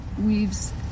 weaves